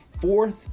fourth